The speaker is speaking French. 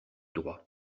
droit